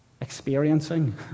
experiencing